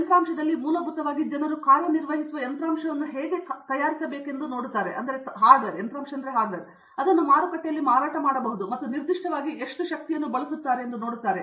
ಯಂತ್ರಾಂಶದಲ್ಲಿ ಮೂಲಭೂತವಾಗಿ ಜನರು ಕಾರ್ಯನಿರ್ವಹಿಸುವ ಯಂತ್ರಾಂಶವನ್ನು ಹೇಗೆ ತಯಾರಿಸಬೇಕೆಂಬುದನ್ನು ಜನರು ನೋಡುತ್ತಿದ್ದರು ಅದನ್ನು ಮಾರುಕಟ್ಟೆಯಲ್ಲಿ ಮಾರಾಟ ಮಾಡಬಹುದು ಮತ್ತು ನಿರ್ದಿಷ್ಟವಾಗಿ ಅವರು ಎಷ್ಟು ಶಕ್ತಿಯನ್ನು ಬಳಸುತ್ತಾರೆ ಎಂದು ನೋಡುತ್ತಿದ್ದಾರೆ